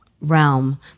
realm